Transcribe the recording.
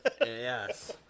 Yes